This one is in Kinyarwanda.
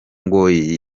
ngoyi